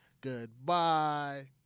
goodbye